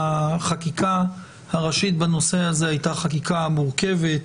החקיקה הראשית בנושא הזה היתה חקיקה מורכבת,